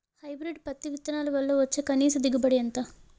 Hybrid పత్తి విత్తనాలు వల్ల వచ్చే కనీస దిగుబడి ఎంత?